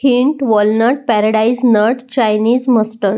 hint walnut paradise nuts Chinese mustard